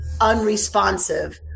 unresponsive